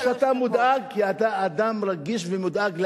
אני שמח שאתה מודאג, כי אתה אדם רגיש ומודאג לאמת.